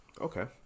Okay